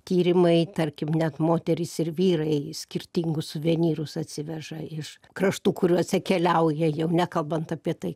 tyrimai tarkim net moterys ir vyrai skirtingus suvenyrus atsiveža iš kraštų kuriuose keliauja jau nekalbant apie tai